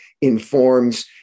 informs